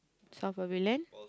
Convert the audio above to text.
South Pavilion